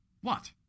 What